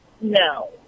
No